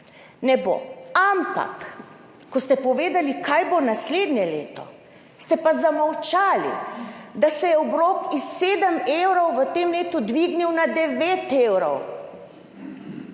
Ne bo. Ampak, ko ste povedali, kaj bo naslednje leto, ste pa zamolčali, da se je obrok iz 7 evrov v tem letu dvignil na 9 evrov.